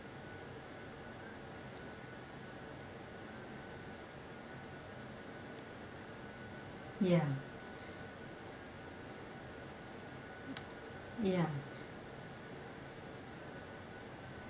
ya ya